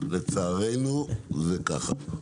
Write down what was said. לצערנו זה ככה.